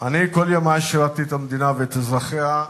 אני כל ימי שירתי את המדינה ואת אזרחיה,